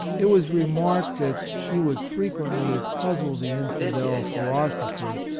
it was remarked that she would frequently puzzle the infidel philosopher,